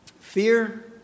fear